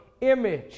image